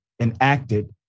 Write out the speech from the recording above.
enacted